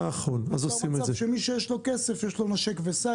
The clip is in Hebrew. נוצר מצב שמי שיש לו כסף יש לו 'נשק וסע',